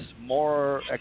more